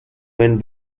went